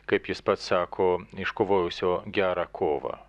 kaip jis pats sako iškovojusio gerą kovą